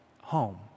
home